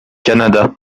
canada